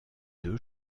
deux